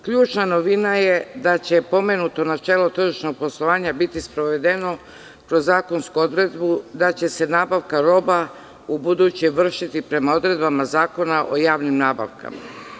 Ključna novina je da će pomenuto načelo tržišnog poslovanja biti sprovedeno kroz zakonsku odredbu, da će se nabavka roba ubuduće vršiti prema odredbama Zakona o javnim nabavkama.